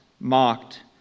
mocked